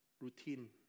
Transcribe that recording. routine